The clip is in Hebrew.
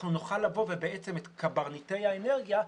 אנחנו נוכל לבוא ואת קברניטי האנרגיה,